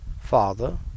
father